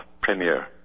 premier